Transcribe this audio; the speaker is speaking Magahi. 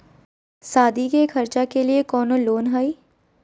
सादी के खर्चा के लिए कौनो लोन है?